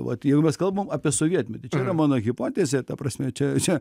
vat jeigu mes kalbam apie sovietmetį čia yra mano hipotezė ta prasme čia čia